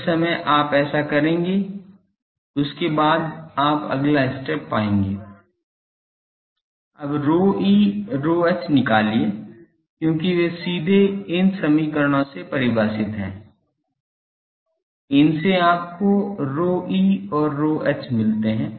जिस समय आप ऐसा करेंगे उसके बाद आप अगला स्टेप पाएंगे अब ρe ρh निकालिय क्योंकि वे सीधे इन समीकरणों से परिभाषित हैं इनसे आपको ρe और ρh मिलते हैं